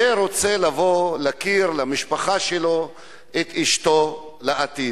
ורוצה לבוא להכיר למשפחה שלו את אשתו לעתיד.